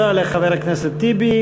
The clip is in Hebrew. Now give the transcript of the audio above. תודה לחבר הכנסת טיבי.